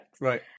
right